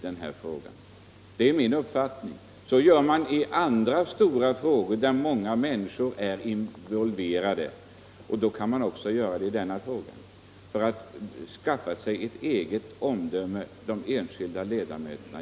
Så gör man ju i andra stora frågor, där många människor är involverade, och då kan man väl göra det också i denna fråga, så att de enskilda ledamöterna skall kunna skaffa sig en egen uppfattning.